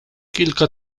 kilka